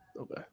Okay